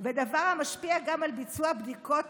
זה דבר המשפיע גם על ביצוע בדיקות